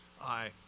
Aye